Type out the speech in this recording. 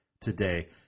today